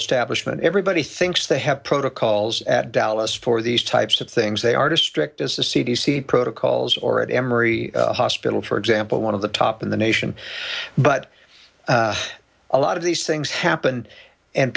establishment everybody thinks they have protocols at dallas for these types of things they are district as the c d c protocols or at emory hospital for example one of the top in the nation but a lot of these things happen and